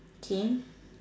tame